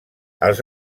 els